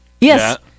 Yes